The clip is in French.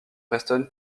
preston